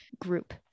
group